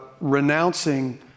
renouncing